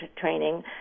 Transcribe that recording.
training